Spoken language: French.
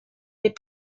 est